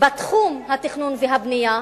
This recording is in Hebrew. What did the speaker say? בתחום התכנון והבנייה,